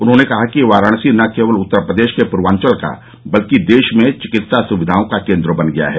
उन्होंने कहा कि वाराणसी न केवल उत्तर प्रदेश के पूर्वांचल का बल्कि देश में चिकित्सा सुविधाओं का केंद्र बन गया है